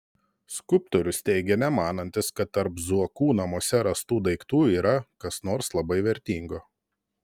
skulptorius teigia nemanantis kad tarp zuokų namuose rastų daiktų yra kas nors labai vertingo